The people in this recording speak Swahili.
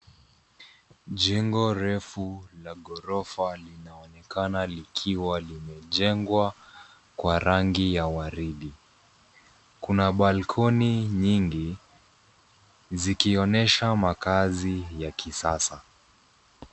Jengo refu la ghorofa linaonekana likiwa limejengwa kwa rangi ya waridi. Kuna balkoni nyingi, zikionesha makazi ya kisasa.